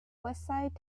westside